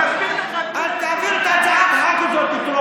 ------ אז תעביר את ההצעה בטרומית